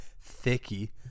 thicky